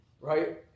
right